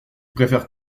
préfère